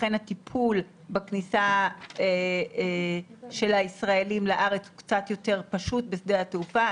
לכן הטיפול בכניסה של הישראלים לארץ קצת יותר פשוט בשדה התעופה.